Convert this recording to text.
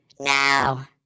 Now